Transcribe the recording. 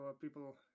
people